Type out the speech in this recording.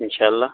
ان شاء اللہ